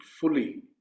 fully